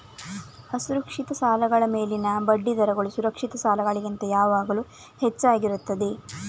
ಅಸುರಕ್ಷಿತ ಸಾಲಗಳ ಮೇಲಿನ ಬಡ್ಡಿ ದರಗಳು ಸುರಕ್ಷಿತ ಸಾಲಗಳಿಗಿಂತ ಯಾವಾಗಲೂ ಹೆಚ್ಚಾಗಿರುತ್ತದೆ